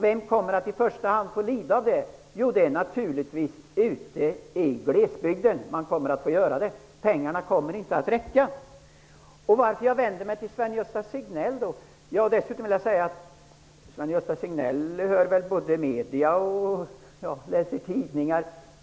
Vem kommer i första hand att få lida av satsningarna på Öresundsbron, Dennispaketet och Göteborgsöverenskommelsen? Jo, det är glesbygden som kommer att få göra det. Pengarna kommer inte att räcka. Dessutom vill jag säga att Sven-Gösta Signell följer väl med både i etermedia och i tidningar.